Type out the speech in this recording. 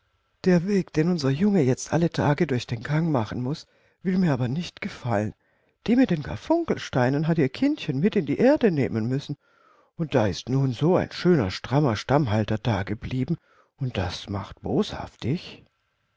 der weg den unser junge jetzt alle tage durch den gang machen muß will mir aber nicht gefallen die mit den karfunkelsteinen hat ihr kindchen mit in die erde nehmen müssen und da ist nun so ein schöner strammer stammhalter dageblieben und das macht